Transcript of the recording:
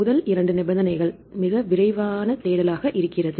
முதல் இரண்டு நிபந்தனைகள் மிக விரைவான தேடலாக இருக்கிறது